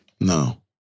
No